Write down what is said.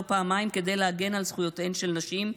פעמיים כדי להגן על זכויותיהן של נשים,